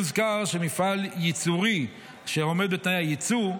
יוזכר שמפעל יצרני אשר עומד בתנאי הייצוא,